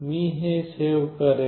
मी हे सेव्ह करेन